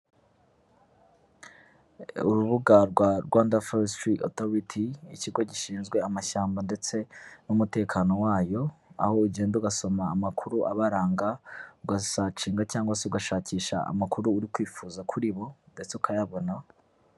Urubuga rwa Rwanda foresitiri otoriti. Ikigo gishinzwe amashyamba ndetse, n'umutekano wayo. Aho ugenda ugasoma amakuru abaranga, ugasacinga cyangwa se ugashakisha amakuru uri kwifuza kuri bo, ndetse ukayabona.